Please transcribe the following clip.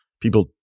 people